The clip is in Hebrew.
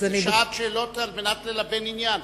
זו שעת שאלות על מנת ללבן עניין.